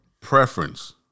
Preference